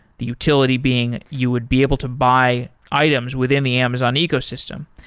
the utility being you would be able to buy items within the amazon ecosystem.